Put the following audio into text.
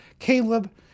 Caleb